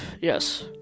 yes